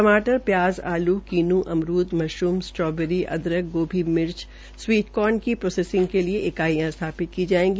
टमाटर प्याज आलू किन्नू अमरूद मशरूम स्टोबरी अदरक गोभी मिर्च स्वीट कोर्न की प्रोसेसिंग के लिए इकाइयां स्थापित की जायेगी